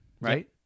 right